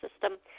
system